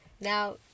Now